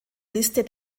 liste